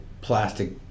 plastic